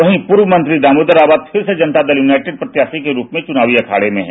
वहीं पूर्व मंत्री दामोदर रावत फिर से जनता दल यूनाइटेड प्रत्याशी के रुप में चुनावी अखाडे में हैं